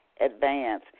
advance